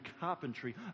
carpentry